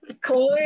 Clearly